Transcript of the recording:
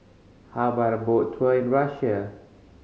how about a boat tour in Russia